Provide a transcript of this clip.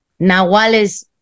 Nahuales